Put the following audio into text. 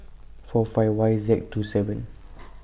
four five Y Z two seven